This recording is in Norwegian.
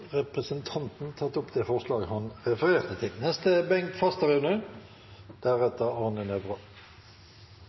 Representanten Gisle Meininger Saudland har tatt opp det forslaget han refererte til.